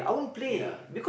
ya